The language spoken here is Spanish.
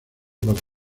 para